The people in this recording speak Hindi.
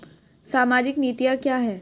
सामाजिक नीतियाँ क्या हैं?